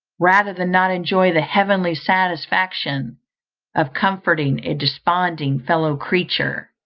rather than not enjoy the heavenly satisfaction of comforting a desponding fellow-creature.